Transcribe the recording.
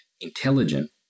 intelligent